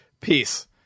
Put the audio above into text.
Peace